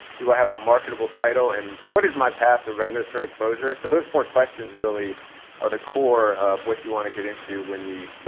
do i have a marketable title and what is my path to regulatory closure? so those four questions really are the core of what you want to get into when we,